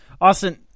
Austin